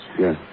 Yes